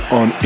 on